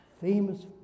famous